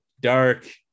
dark